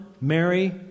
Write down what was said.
Mary